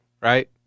right